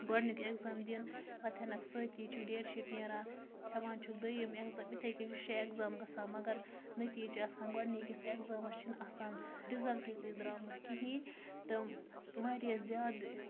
گۄڈٕنیُک ایٚگزام دِن پَتہٕ ہٮ۪ن سۭتی چھُکھ ڈیٹ شیٖٹ نٮ۪ران ہٮ۪وان چھِکھ دۄیِم ایٚگزام اِتھٕے کَنہِ چھِ شےٚ ایٚگزام گژھان مگر نتیٖجہٕ چھِ آسان گۄڈٕنِکِس ایٚگزامَس چھِنہٕ آسان رِزَلٹہٕ تہِ درامُت کِہیٖنۍ تہٕ واریہا زیادٕ